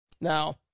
Now